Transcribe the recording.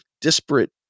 disparate